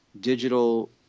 digital